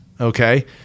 Okay